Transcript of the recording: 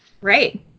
Right